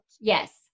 Yes